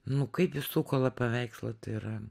nu kaip jis sukola paveikslą tai yra